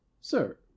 sir